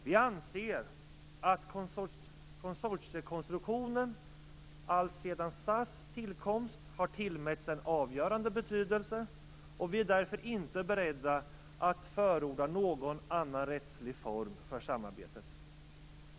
Vi anser att konsortiekonstruktionen alltsedan SAS tillkomst har tillmätts en avgörande betydelse, och vi är därför inte beredda att förorda någon annan rättslig form för samarbetet.